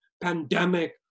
pandemic